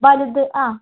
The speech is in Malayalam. വലുത് ആ